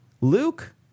Luke